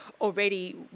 already